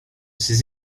ces